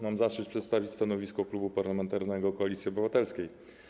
Mam zaszczyt przedstawić stanowisko Klubu Parlamentarnego Koalicja Obywatelska.